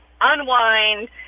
unwind